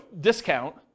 discount